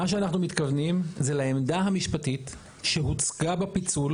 מה שאנחנו מתכוונים זה לעמדה המשפטית שהוצגה בפיצול